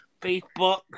Facebook